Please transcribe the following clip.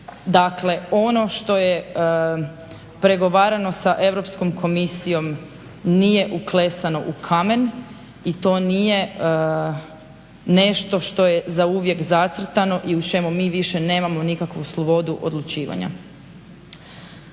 Dakle, ono što je pregovarano sa Europskom komisijom nije uklesano u kamen i to nije nešto što je zauvijek zacrtano i u čemu mi više nemamo nikakvu slobodu odlučivanja.